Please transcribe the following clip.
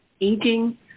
aging